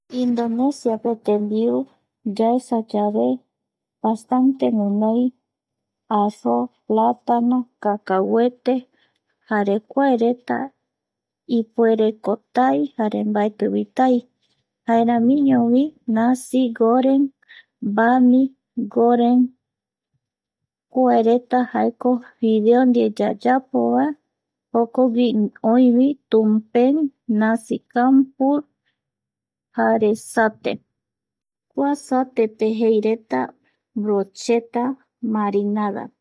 Indonesiape tembiu yaesa yave, basante guinoi arroz, platano, cacahuete jare kuereta, ipuereko tai jare mbaeti tai jaeramiñovi ñasi goren vani, gore, kuaereta jaeko fideos ndie yayapo va, jokogui oivi tumpen nacicamuo jare satékua satepe jeireta jeireta brochetta marinado